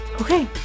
okay